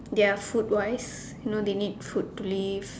their food wise you know they need food to live